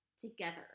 together